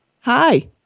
Hi